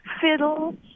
fiddle